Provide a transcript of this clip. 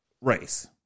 race